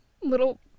little